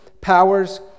powers